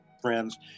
friends